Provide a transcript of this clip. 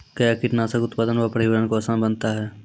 कया कीटनासक उत्पादन व परिवहन को आसान बनता हैं?